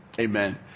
Amen